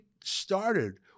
started